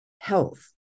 health